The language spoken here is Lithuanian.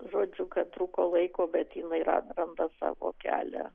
žodžiu kad trūko laiko bet jinai ran randa savo kelią